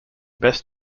best